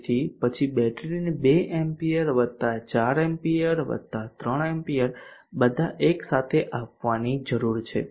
તેથી પછી બેટરીને 2 એમ્પીયર વત્તા 4 એમ્પીયર વત્તા 3 એમ્પીયર બધા એક સાથે આપવાની જરૂર છે